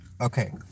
okay